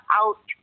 out